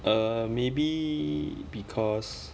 err maybe because